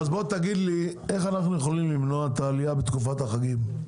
אז בוא תגיד לי איך אנחנו יכולים למנוע את העלייה של 20% בתקופת החגים?